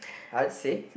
I'd say